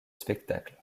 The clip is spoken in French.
spectacle